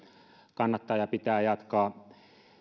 kannattaa ja pitää jatkaa